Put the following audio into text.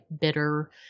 bitter